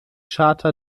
charta